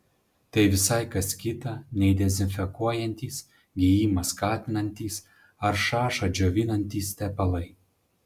tai visai kas kita nei dezinfekuojantys gijimą skatinantys ar šašą džiovinantys tepalai